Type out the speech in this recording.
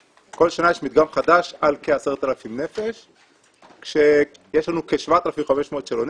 כל שנה יש מדגם חדש על כ-10,000 נפש כשיש לנו כ-7,500 שאלונים,